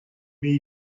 mais